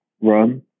run